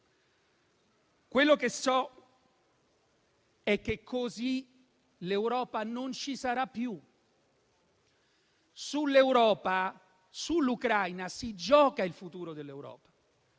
Quello che so è che così l'Europa non ci sarà più. Sull'Ucraina si gioca il futuro dell'Europa.